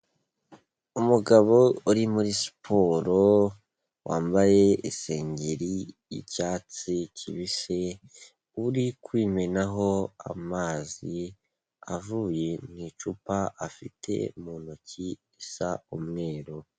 Umugabo uri muri siporo wambaye isengeri y'icyatsi kibisi, uri kwimenaho amazi avuye mu icupa afite mu ntoki risa umweru.